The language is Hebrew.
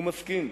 הוא מסכים.